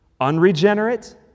Unregenerate